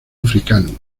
africano